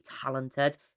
talented